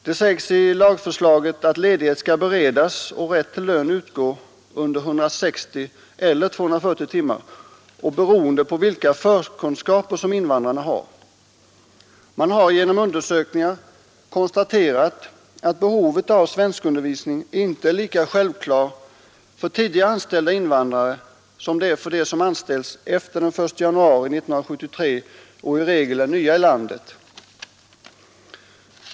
Det sägs i lagförslaget att ledighet skall beredas och rätt till lön föreligga under 160 eller 240 timmar, beroende på vilka förkunskaper invandrarna har. Genom undersökningar har konstaterats att behovet av svenskundervisning inte är lika självklart för tidigare anställda invandrare som det är för dem som anställts efter den 1 januari 1973 och i regel är nya i landet.